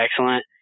excellent